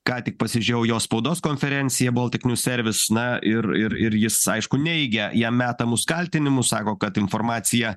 ką tik pasižiūrėjau jo spaudos konferenciją baltic news service na ir ir jis aišku neigia jam metamus kaltinimus sako kad informacija